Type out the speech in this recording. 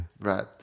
Right